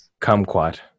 kumquat